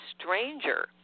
stranger